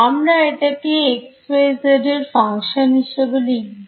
আমরা এটাকে xyz এর function হিসাবে লিখব